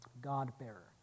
God-bearer